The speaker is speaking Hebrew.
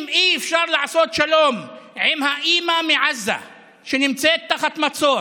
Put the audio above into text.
אם אי-אפשר לעשות שלום עם האימא מעזה שנמצאת תחת מצור